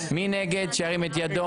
שירים את ידו.